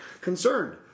concerned